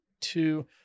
two